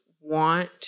want